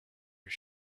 are